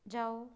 ਜਾਓ